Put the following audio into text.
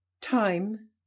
Time